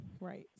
right